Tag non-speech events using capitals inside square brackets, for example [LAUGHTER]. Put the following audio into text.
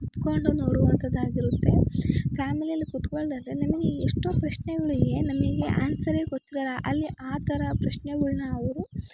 ಕೂತ್ಕೊಂಡು ನೋಡುವಂಥದ್ದಾಗಿರುತ್ತೆ ಫ್ಯಾಮಿಲಿಯಲ್ಲಿ [UNINTELLIGIBLE] ನಿಮಗೆ ಎಷ್ಟೋ ಪ್ರಶ್ನೆಗಳಿಗೆ ನಮಗೆ ಆನ್ಸರೇ ಗೊತ್ತಿರಲ್ಲ ಅಲ್ಲಿ ಆ ಥರ ಪ್ರಶ್ನೆಗಳ್ನ ಅವರು